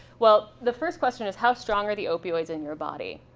well, the first question is how strong are the opioids in your body?